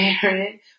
parent